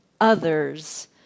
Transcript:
others